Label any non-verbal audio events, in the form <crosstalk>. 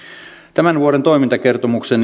tämän vuoden toimintakertomuksen <unintelligible>